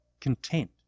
content